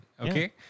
Okay